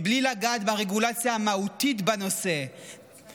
בלי לגעת ברגולציה המהותית בנושא